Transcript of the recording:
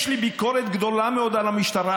יש לי ביקורת גדולה מאוד על המשטרה,